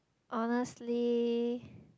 honestly